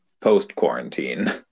post-quarantine